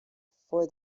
for